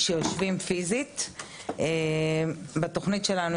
שנמצאים שם פיזית.